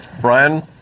Brian